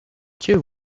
two